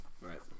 Right